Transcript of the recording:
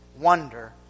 wonder